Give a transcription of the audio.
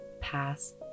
pass